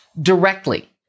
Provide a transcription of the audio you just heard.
directly